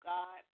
God